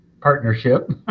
partnership